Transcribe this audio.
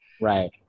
Right